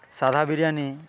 ସାଧା ବିରିୟାନୀ